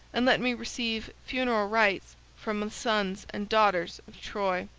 and let me receive funeral rites from the sons and daughters of troy.